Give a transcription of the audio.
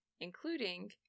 including